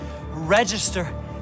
register